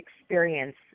experience